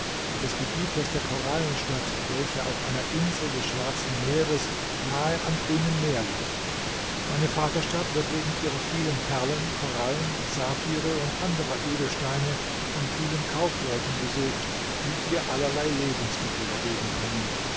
des gebieters der korallenstadt welche auf einer insel des schwarzen meeres nahe am grünen meer liegt meine vaterstadt wird wegen ihrer vielen perlen korallen saphire und anderer edelsteine von vielen kaufleuten besucht die ihr allerlei lebensmittel dagegen bringen